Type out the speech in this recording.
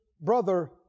brother